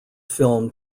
film